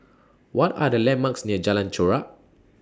What Are The landmarks near Jalan Chorak